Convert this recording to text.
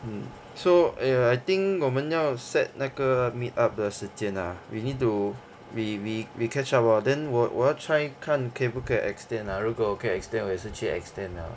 mm so ya I think 我们要 set 那个 meet up 的时间 ah we need to we we we catch up lor then 我我要 try 看可不可以 extend ah 如果可以 extend 我也是去 extend liao